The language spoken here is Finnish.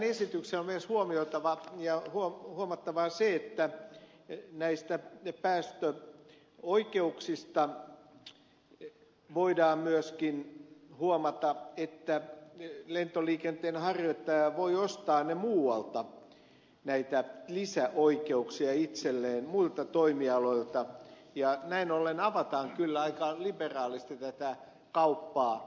on myös huomioitava ja huomattava se että näistä päästöoikeuksista voidaan myöskin huomata että lentoliikenteen harjoittaja voi ostaa muualta näitä lisäoikeuksia itselleen muilta toimialoilta ja näin ollen avataan kyllä aika liberaalisti tätä kauppaa